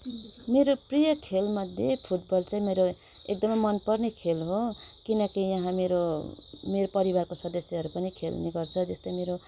मेरो प्रिय खेल मध्ये फुटबल मेरो एकदमै मन पर्ने खेल हो किनकि यहाँ मेरो मेरो परिवारको सदस्यहरू पनि खेल्ने गर्छ जस्तै मेरो